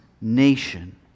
nation